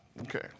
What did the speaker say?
okay